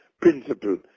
principle